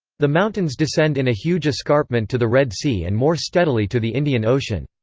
the mountains descend in a huge escarpment to the red sea and more steadily to the indian ocean.